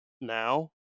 now